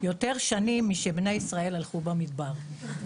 יותר שנים משבני ישראל הלכו במדבר,